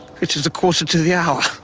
it is a quarter to the hour.